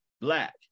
black